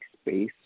space